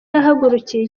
yahagurukiye